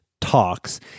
talks